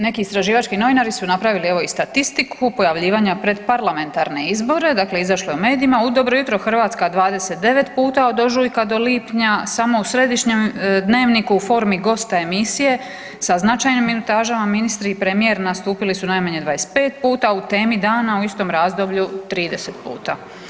Neki istraživački novinari su napravili evo i statistiku pojavljivanja pred parlamentarne izbore, dakle izašlo je u medijima u „Dobro jutro Hrvatska“ 29 puta od ožujka do lipnja, samo u središnjem „Dnevniku“ u formi gosta emisije sa značajnim minutažama ministri i premijer nastupili su najmanje 25 puta, u „Temi dana“ u istom razdoblju 30 puta.